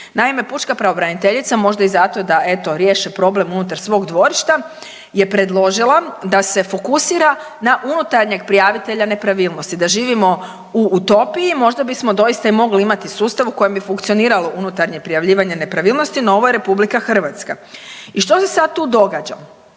Naime, pučka pravobraniteljica možda i zato da eto riješe problem unutar svog dvorišta je predložila da se fokusira na unutarnjeg prijavitelja nepravilnosti, da živimo u utopiji možda bismo doista i mogli imati sustav u kojem bi funkcioniralo unutarnje prijavljivanje nepravilnosti, no ovo je RH. I što se sada tu događa?